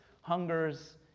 hungers